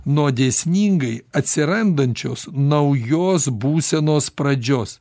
nuo dėsningai atsirandančios naujos būsenos pradžios